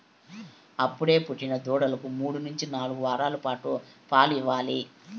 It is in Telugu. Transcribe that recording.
అప్పుడే పుట్టిన దూడలకు మూడు నుంచి నాలుగు వారాల పాటు పాలు ఇవ్వాలి